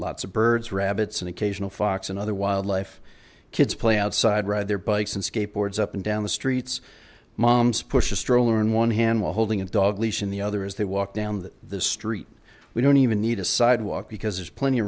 lots of birds rabbits and occasional fox and other wildlife kids play outside ride their bikes and skateboards up and down the streets moms push a stroller in one hand while holding a dog leash in the other as they walk down the the street we don't even need a sidewalk because there's plenty of